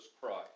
Christ